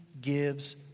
gives